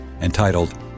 entitled